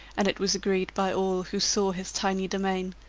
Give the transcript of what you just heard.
and it was agreed by all who saw his tiny demesne,